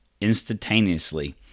instantaneously